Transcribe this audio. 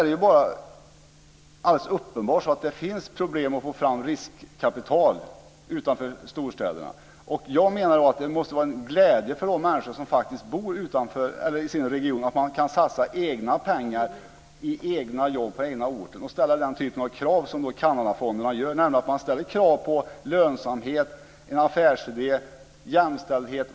Det är uppenbart så att det finns problem med att få fram riskkapital utanför storstäderna. Jag menar då att det måste vara en glädje för de människor som bor i en region att de kan satsa egna pengar i egna jobb på den egna orten och ställa den typen av krav som Kanadafonderna gör, nämligen krav på lönsamhet, en affärsidé, jämställdhet.